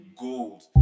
gold